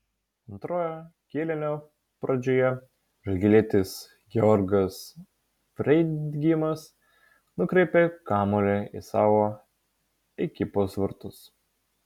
antrojo kėlinio pradžioje žalgirietis georgas freidgeimas nukreipė kamuolį į savo ekipos vartus